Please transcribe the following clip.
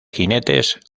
jinetes